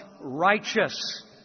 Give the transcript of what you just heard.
righteous